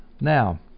Now